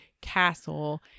Castle